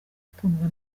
ukundwa